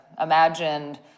imagined